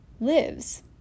lives